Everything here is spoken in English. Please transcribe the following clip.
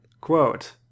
Quote